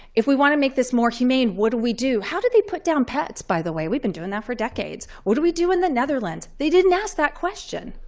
if we want to make this more humane, what do we do? how do they put down pets, by the way? we've been doing that for decades. what do we do in the netherlands? they didn't ask that question.